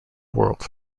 world